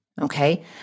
Okay